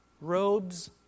Robes